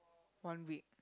one week